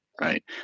right